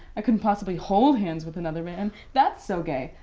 i couldn't possibly hold hands with another man, that's so gay.